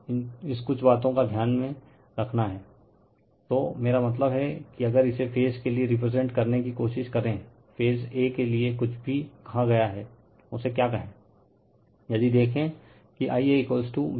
इन कुछ बातो का ध्यान मे रखना हैं तो मेरा मतलब हैं कि अगर इसे फेज के लिए रिप्रेजेंट करने कि कोशिश करे फेज ए के लिए कुछ भी कहा गया हैं उसे क्या कहे यदि देखे कि IaVL√3 एंगल 30Zy